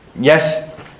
Yes